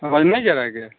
आवाज़ नहीं जा रहा है क्या